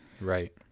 Right